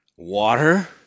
Water